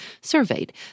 surveyed